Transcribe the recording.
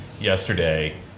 yesterday